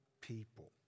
people